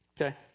Okay